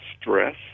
stress